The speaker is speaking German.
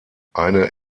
eine